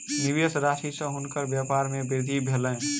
निवेश राशि सॅ हुनकर व्यपार मे वृद्धि भेलैन